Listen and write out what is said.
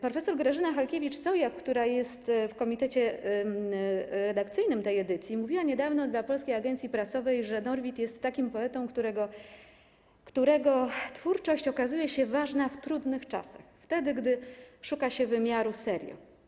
Prof. Grażyna Halkiewicz-Sojak, która jest w komitecie redakcyjnym tej edycji, mówiła niedawno dla Polskiej Agencji Prasowej, że Norwid jest takim poetą, którego twórczość okazuje się ważna w trudnych czasach, wtedy gdy szuka się wymiaru serio.